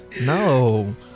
no